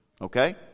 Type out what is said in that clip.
Okay